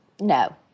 No